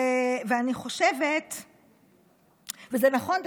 וזה נכון,